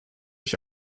ich